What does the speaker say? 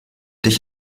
dich